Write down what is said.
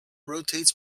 rotates